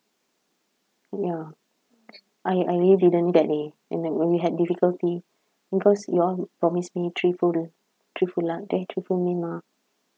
ya I I really didn't that day and then we had difficulty because you all promise me three full three full lun~ eh three full meal mah